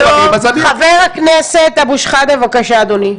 חבר הכנסת אבו שחאדה, בבקשה, אדוני.